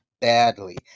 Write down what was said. badly